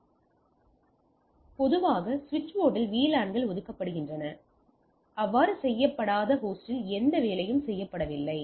Refer Slide Time 2705 VLAN களில் முக்கியமானது சுவிட்ச் போர்ட்டில் VLAN கள் ஒதுக்கப்படுகின்றன பொதுவாக செய்யப்படாத ஹோஸ்டில் எந்த வேலையும் செய்யப்படவில்லை